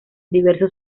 diversos